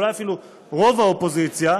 אולי אפילו רוב האופוזיציה,